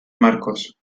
marcos